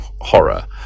horror